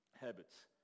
habits